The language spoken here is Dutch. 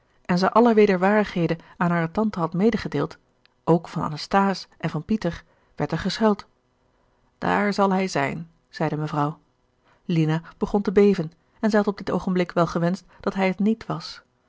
en ze alle wederwaardigheden aan hare tante had medegedeeld ook van anasthase en van pieter werd er gescheld daar zal hij zijn zeide mevrouw lina begon te beven en zij had op dit oogenblik wel gewenscht dat hij het niet was